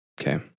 Okay